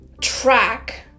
track